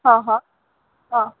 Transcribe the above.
હા હા હા